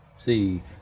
See